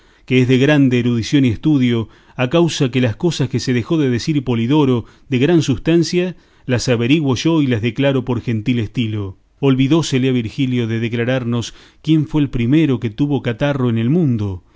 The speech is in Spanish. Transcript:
que es de grande erudición y estudio a causa que las cosas que se dejó de decir polidoro de gran sustancia las averiguo yo y las declaro por gentil estilo olvidósele a virgilio de declararnos quién fue el primero que tuvo catarro en el mundo